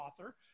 author